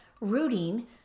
rooting